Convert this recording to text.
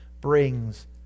brings